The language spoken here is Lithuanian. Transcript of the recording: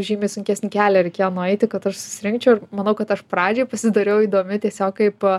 žymiai sunkesnį kelią reikėjo nueiti kad aš susirinkčiau ir manau kad aš pradžiai pasidariau įdomi tiesiog kaip